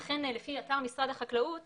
אכן, לפי אתר משרד החקלאות